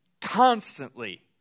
Constantly